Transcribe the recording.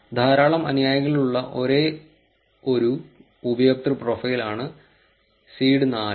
ധാരാളം അനുയായികളുള്ള ഒരേയൊരു ഉപയോക്തൃ പ്രൊഫൈൽ ആണ് സീഡ് 4